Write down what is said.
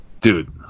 Dude